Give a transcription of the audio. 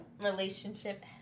relationship